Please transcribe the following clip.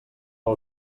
del